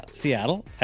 Seattle